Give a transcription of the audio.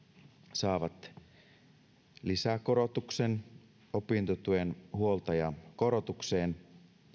saavat lisäkorotuksen opintotuen huoltajakorotukseen